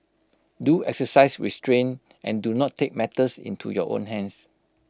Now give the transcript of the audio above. do exercise restraint and do not take matters into your own hands